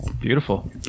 beautiful